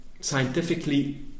scientifically